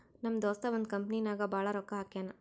ನಮ್ ದೋಸ್ತ ಒಂದ್ ಕಂಪನಿ ನಾಗ್ ಭಾಳ್ ರೊಕ್ಕಾ ಹಾಕ್ಯಾನ್